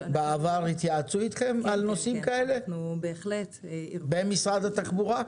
בעבר התייעצו אתכם על נושאים כאלה במשרד התחבורה?